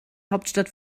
hauptstadt